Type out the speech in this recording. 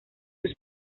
sus